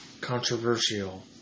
controversial